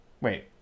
Wait